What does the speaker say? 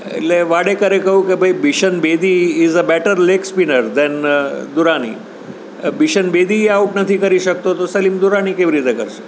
એટલે વાડેકરે કહ્યું કે ભાઈ Bishan Bedi is a better leg spinner than Durani Bishan Bedi એ આઉટ નથી કરી શકતો તો સલીમ દુરાની કેવી રીતે કરશે